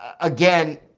again